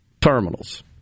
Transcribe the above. terminals